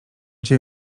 cię